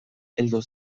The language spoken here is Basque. heldu